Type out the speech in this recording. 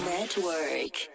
Network